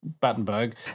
Battenberg